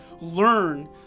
learn